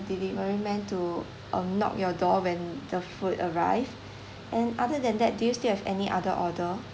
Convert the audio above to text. delivery man to um knock your door when the food arrive and other than that do you still have any other order